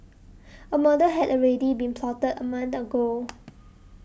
a murder had already been plotted a month ago